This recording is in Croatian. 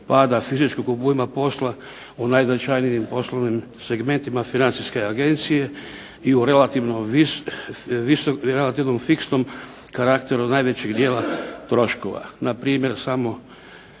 pada fizičkog obujma posla u najznačajnijim poslovnim segmentima Financijske agencije i u relativnom fiksnom karakteru najvećeg dijela troškova, npr. samo